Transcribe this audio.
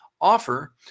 offer